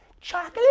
chocolate